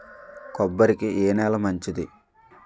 కొబ్బరి కి ఏ నేల మంచిది?